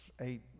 eight